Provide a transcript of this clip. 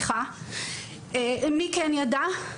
מי כן ידע?